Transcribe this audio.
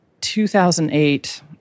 2008